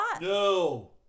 No